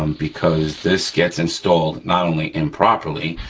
um because this gets installed, not only improperly,